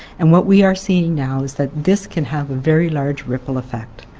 and what we are seeing now is that this can have a very large ripple effect.